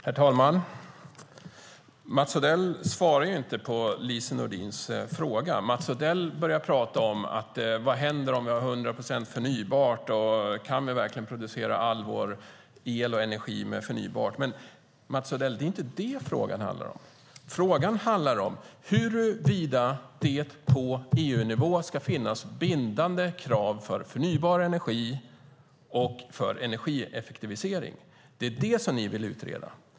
Herr talman! Mats Odell svarar ju inte på Lise Nordins fråga. Mats Odell börjar prata om vad som händer om vi har hundra procent förnybart. Kan vi verkligen producera all vår el och energi med förnybart? Men, Mats Odell, det är inte det frågan handlar om. Frågan handlar om huruvida det på EU-nivå ska finnas bindande krav för förnybar energi och för energieffektivisering. Det är det som ni vill utreda.